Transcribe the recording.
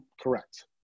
correct